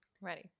Ready